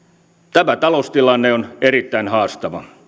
tämä taloustilanne on erittäin haastava